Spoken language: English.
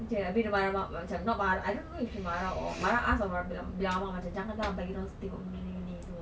abeh dia marah macam not mar~ I don't know if she marah or marah ask or bilang bilang mama macam jangan lah bagi dia orang tengok benda gini semua